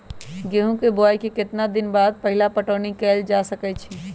गेंहू के बोआई के केतना दिन बाद पहिला पटौनी कैल जा सकैछि?